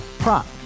Prop